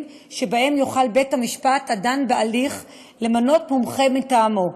שבהם יוכל בית-המשפט הדן בהליך למנות מומחה מטעמו.